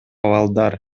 балдар